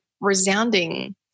resounding